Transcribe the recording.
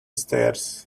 stairs